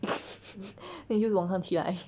then 又晚上起来